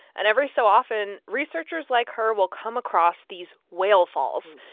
and every so often, researchers like her will come across these whale falls,